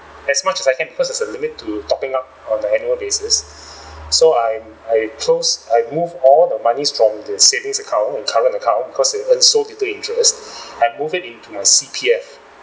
as much as I can because there's a limit to topping up on the annual basis so I'm I close I move all the monies from the savings account and current account because they earn so little interest I move it into my C_P_F